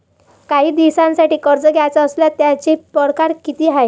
कायी दिसांसाठी कर्ज घ्याचं असल्यास त्यायचे परकार किती हाय?